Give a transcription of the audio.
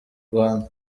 rwanda